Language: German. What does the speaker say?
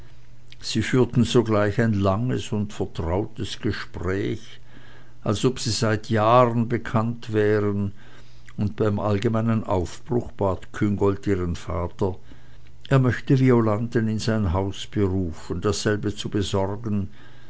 sie führten sogleich ein langes und vertrautes gespräch als ob sie seit jahren bekannt wären und beim allgemeinen aufbruch bat küngolt ihren vater er möchte violanden in sein haus berufen dasselbe zu besorgen